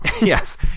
Yes